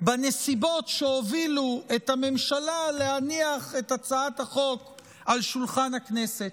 בנסיבות שהובילו את הממשלה להניח את הצעת החוק על שולחן הכנסת.